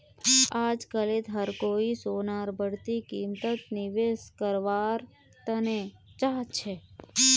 अजकालित हर कोई सोनार बढ़ती कीमतत निवेश कारवार तने चाहछै